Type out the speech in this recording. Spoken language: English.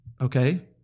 okay